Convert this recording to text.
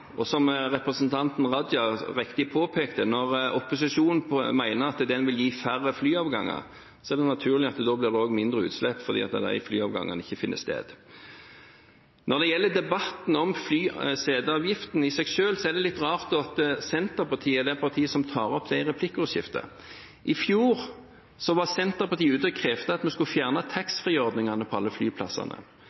Og som representanten Raja riktig påpekte, når opposisjonen mener at den vil gi færre flyavganger, er det naturlig at da blir det også mindre utslipp fordi de flyavgangene ikke finner sted. Når det gjelder debatten om flyseteavgiften i seg selv, er det litt rart da at Senterpartiet er det partiet som tar opp det i replikkordskiftet. I fjor var Senterpartiet ute og krevde at vi skulle fjerne taxfree-ordningene på alle flyplassene.